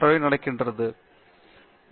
பேராசிரியர் பிரதாப் ஹரிதாஸ் சரி